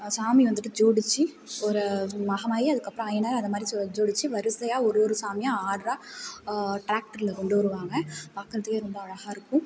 சாமி வந்துட்டு ஜோடிச்சு ஒரு மகமாயி அதுக்கப்புறம் ஐயனார் அந்த மாதிரி ஜோடிச்சு வரிசையாக ஒரு ஒரு சாமியாக ஆர்டராக டிராக்டரில் கொண்டு வருவாங்க பார்க்குறதுக்கே ரொம்ப அழகாக இருக்கும்